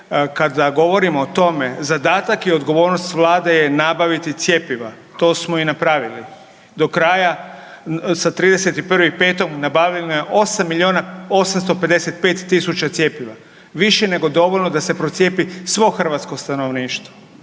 kada govorimo o tome zadatak i odgovornost Vlade je nabaviti cjepiva, to smo i napravili. Do kraja sa 31.5. nabavljeno je 8 milijuna 855 tisuća cjepiva, više nego dovoljno da se procijepi svo hrvatsko stanovništvo.